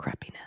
crappiness